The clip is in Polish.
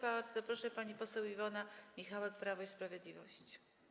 Bardzo proszę, pani poseł Iwona Michałek, Prawo i Sprawiedliwość.